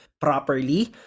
properly